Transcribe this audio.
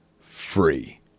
free